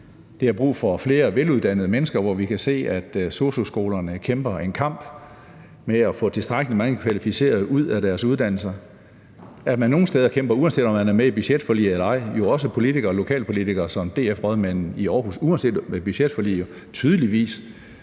penge, dels flere veluddannede mennesker. Vi kan se, at sosu-skolerne kæmper en kamp for, at de kan få tilstrækkelig mange kvalificerede ud af deres uddannelser. Nogle steder kæmper man, uanset om man er med i budgetforliget eller ej – også politikere og lokalpolitikere som DF-rådmanden i Aarhus, som jo tydeligvis